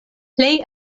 plej